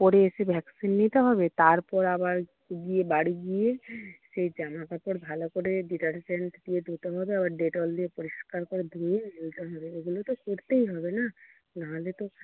পরে এসে ভ্যাকসিন নিতে হবে তারপর আবার গিয়ে বাড়ি গিয়ে সেই জামাকাপড় ভালো করে ডিটার্জেন্ট দিয়ে ধুতে হবে আবার ডেটল দিয়ে পরিষ্কার করে ধুয়ে নিতে হবে এগুলো তো করতেই হবে না নাহলে তো